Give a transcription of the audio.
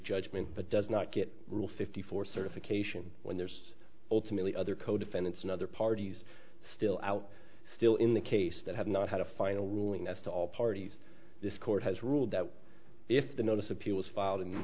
judgment but does not get rule fifty four certification when there's ultimately other co defendants in other parties still out still in the case that have not had a final ruling as to all parties this court has ruled that if the notice appeals filed and